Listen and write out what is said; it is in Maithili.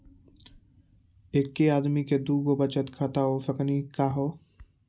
एके आदमी के दू गो बचत खाता हो सकनी का हो?